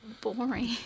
boring